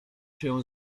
się